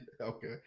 okay